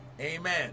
Amen